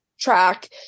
track